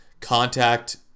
contact